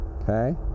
okay